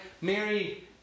Mary